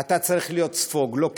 אתה צריך להיות ספוג, לא קיר,